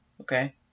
okay